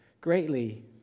greatly